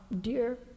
dear